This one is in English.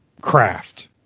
Craft